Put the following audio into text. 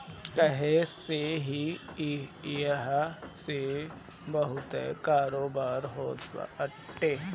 काहे से की इहा से बहुते कारोबार होत बाटे